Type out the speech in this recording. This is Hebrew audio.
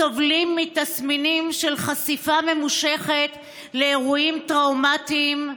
סובלים מתסמינים של חשיפה ממושכת לאירועים טראומטיים,